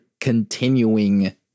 continuing